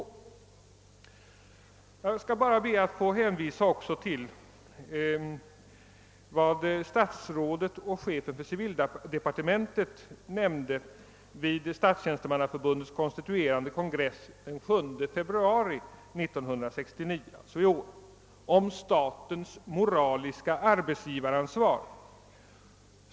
Jag skall också be att få hänvisa till vad statsrådet och chefen för civildepartementet nämnde vid Statstjänstemannaförbundets konstituerande kongress den 7 februari i år om statens moraliska arbetsgivaransvar.